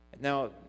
Now